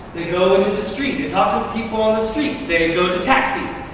they go into the street, they talk to people on the street, they go to taxis.